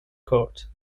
court